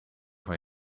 van